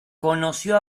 conoció